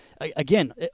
again